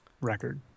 record